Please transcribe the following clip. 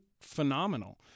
phenomenal